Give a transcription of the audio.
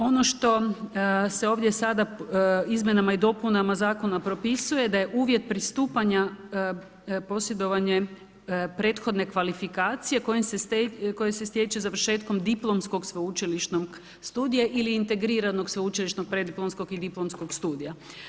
Ono što se ovdje sada izmjenama i dopunama zakona propisuje, da je uvijat pristupanja posjedovanje prethodne kvalifikacije koje se stječe završetkom diplomskog sveučilišnog studija ili integriranog sveučilišnog, preddiplomskog i diplomskog studija.